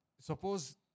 suppose